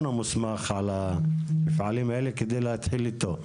המוסמך על המפעלים האלה כדי להתחיל איתו,